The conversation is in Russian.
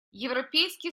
европейский